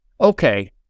okay